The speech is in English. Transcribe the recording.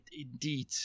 indeed